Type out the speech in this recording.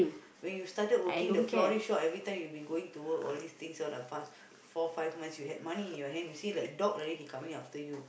when you started working the florist shop every time you been going to work all these things four five months you had money in your hands you see like dog already he coming after you